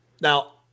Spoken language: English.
Now